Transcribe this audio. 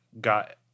got